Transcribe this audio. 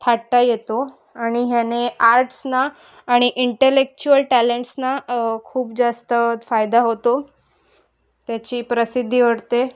थाटता येतो आणि ह्याने आर्ट्सना आणि इंटेलेक्चुअल टॅलेंट्सना खूप जास्त फायदा होतो त्याची प्रसिद्धी ओढते